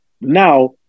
now